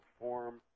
form